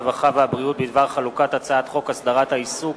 הרווחה והבריאות בדבר חלוקת הצעת חוק הסדרת העיסוק